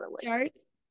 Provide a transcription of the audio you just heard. starts